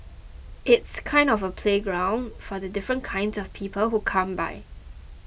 it's kind of a playground for the different kinds of people who come by